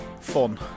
fun